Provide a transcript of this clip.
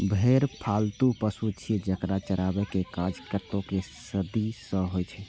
भेड़ पालतु पशु छियै, जेकरा चराबै के काज कतेको सदी सं होइ छै